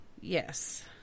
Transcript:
Yes